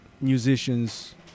musicians